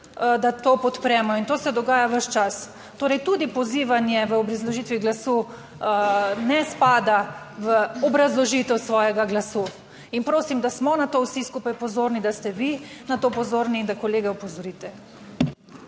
da to podpremo, in to se dogaja ves čas. Torej tudi pozivanje v obrazložitvi glasu ne spada v obrazložitev svojega glasu in prosim, da smo na to vsi skupaj pozorni, da ste vi na to pozorni in da kolege opozorite.